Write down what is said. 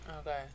Okay